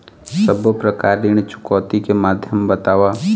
सब्बो प्रकार ऋण चुकौती के माध्यम बताव?